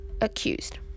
accused